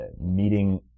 meeting